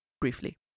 briefly